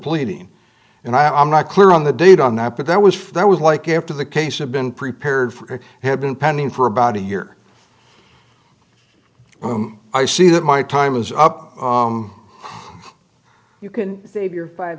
pleading and i'm not clear on the date on that but there was there was like after the case of been prepared for it had been pending for about a year i see that my time is up you can save your five